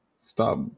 Stop